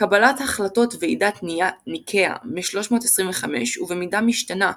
קבלת החלטות ועידת ניקאה מ-325 ובמידה משתנה,